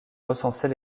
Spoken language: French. recenser